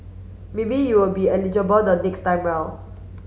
maybe you will be eligible the next time round